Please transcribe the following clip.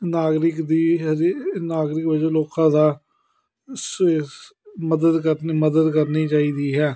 ਨਾਗਰਿਕ ਦੀ ਹਜੇ ਨਾਗਰਿਕ ਵਜੋਂ ਲੋਕਾਂ ਦਾ ਸੋ ਇਸ ਮਦਦ ਕਰਨ ਮਦਦ ਕਰਨੀ ਚਾਹੀਦੀ ਹੈ